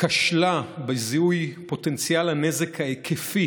כשלה בזיהוי פוטנציאל הנזק ההיקפי